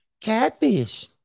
catfish